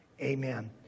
Amen